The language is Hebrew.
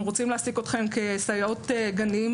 אנחנו רוצים להעסיק אתכן כסייעות גנים,